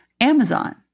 Amazon